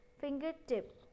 fingertip